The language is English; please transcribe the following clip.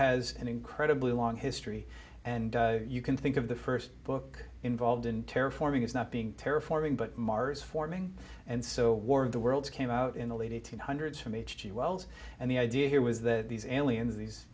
has an incredibly long history and you can think of the first book involved in terror forming as not being terra forming but mars forming and so war of the worlds came out in the late eighty's hundreds from h g wells and the idea here was that these aliens these